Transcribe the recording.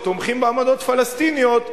שתומכים באמנות פלסטיניות,